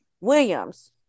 Williams